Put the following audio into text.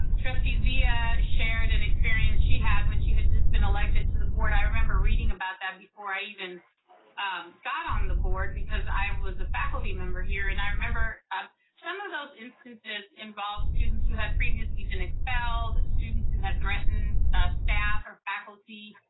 trustee zia shared an experience she had when she had just been elected to the board. i remember reading about that before i even got on the board, because i was a faculty member here. and i remember um some of those instances involved students who had previously been expelled, students who had threatened staff or faculty,